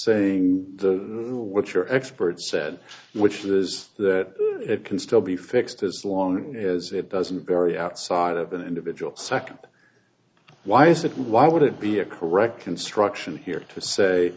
saying the what your expert said which is that it can still be fixed as long as it doesn't vary outside of an individual second why is that why would it be a correct construction here to say